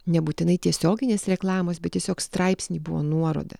nebūtinai tiesioginės reklamos bet tiesiog straipsny buvo nuoroda